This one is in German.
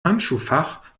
handschuhfach